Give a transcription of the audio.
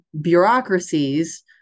bureaucracies